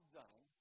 done